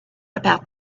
about